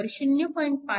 आपल्याला i1 0